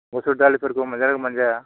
मुसुर दालिफोरखौ मोनजागोन ना मोनजाया